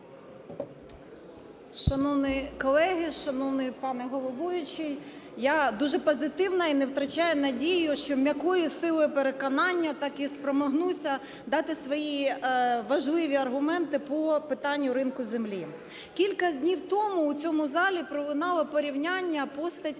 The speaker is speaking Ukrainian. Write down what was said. Шановні колеги, шановний пане головуючий, я дуже позитивна і не втрачаю надію, що м'якою силою переконання так і спроможуся дати свої важливі аргументи по питанню ринку землі. Кілька днів тому у цьому залі пролунали порівняння постаті